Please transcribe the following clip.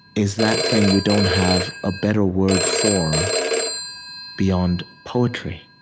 is that thing we don't have a better word for beyond poetry